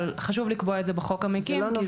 אבל חשוב לקבוע את זה בחוק המקים.